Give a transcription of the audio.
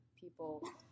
people